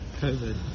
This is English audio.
COVID